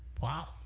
Wow